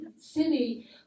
city